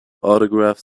autograph